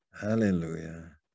hallelujah